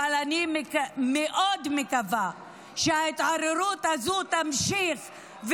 אבל אני מאוד מקווה שההתעוררות הזאת תימשך,